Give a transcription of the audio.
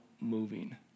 moving